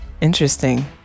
interesting